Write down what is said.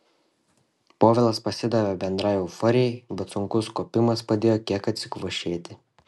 povilas pasidavė bendrai euforijai bet sunkus kopimas padėjo kiek atsikvošėti